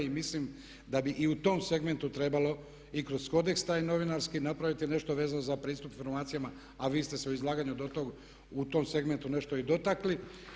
I mislim da bi i u tom segmentu trebalo i kroz kodeks taj novinarski napraviti nešto vezano za pristup informacijama a vi ste se u izlaganju do tog, u tom segmentu i nešto dotakli.